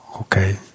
okay